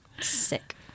Sick